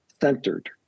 centered